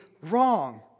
wrong